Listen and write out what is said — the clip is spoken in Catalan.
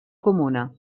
comuna